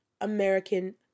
American